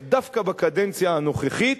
איך דווקא בקדנציה הנוכחית,